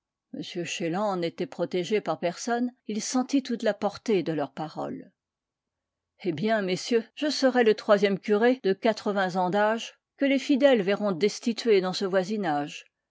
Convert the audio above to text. m chélan n'était protégé par personne il sentit toute la portée de leurs paroles eh bien messieurs je serai le troisième curé de quatre-vingts ans d'âge que les fidèles verront destituer dans ce voisinage